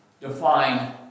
define